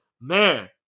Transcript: man